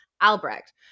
Albrecht